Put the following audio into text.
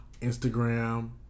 Instagram